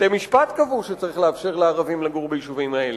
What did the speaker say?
בתי-משפט קבעו שצריך לאפשר לערבים לגור ביישובים האלה.